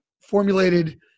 formulated